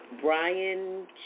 Brian